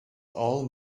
all